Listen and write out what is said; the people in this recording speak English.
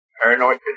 Paranoid